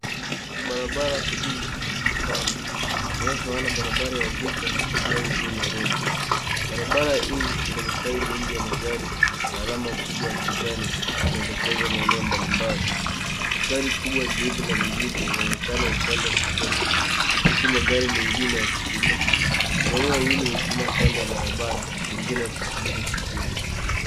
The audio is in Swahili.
Barabara kuu pana, inayofanana na barabara ya Thika Superhighway General, barabara hii ina mistari mingi ya magari na alama kubwa ya kijani inaelekeza maeneo mbalimbali. Gari kubwa jeupe la mizigo, linaonekana upande wa kushoto, huku magari mengine yakipita. Wanaume wawili wamesimama kando ya barabara, pengine wakisubiri usafiri.